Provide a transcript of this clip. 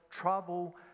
trouble